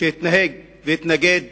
שהתנהג, והתנגד